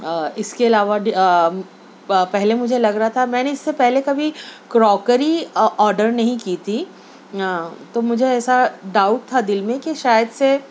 اس کے علاوہ پہلے مجھے لگ رہا تھا میں نے اس سے پہلے کبھی کروکری آرڈ نہیں کی تھی تو مجھے ایسا ڈاؤٹ تھا دل میں کہ شاید سے